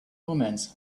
omens